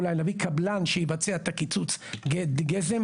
אולי נביא קבלן שיבצע את הקיצוץ גזם,